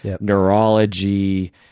neurology